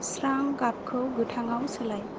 स्रां गाबखौ गोथाङाव सोलाय